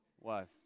wife